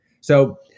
So-